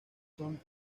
son